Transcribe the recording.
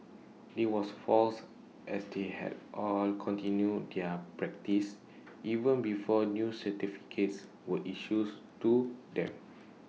this was false as they had all continued their practice even before new certificates were issues to them